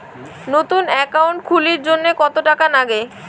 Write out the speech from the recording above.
নতুন একাউন্ট খুলির জন্যে কত টাকা নাগে?